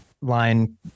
line